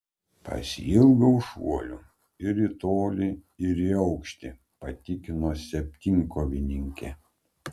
pasiilgau šuolių ir į tolį ir į aukštį patikino septynkovininkė